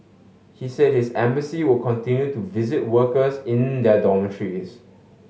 he said his embassy will continue to visit workers in their dormitories